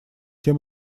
тем